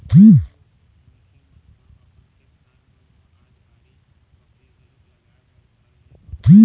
कतको मनखे मन ह अपन खेत खार मन म आज बाड़ी बखरी घलोक लगाए बर धर ले हवय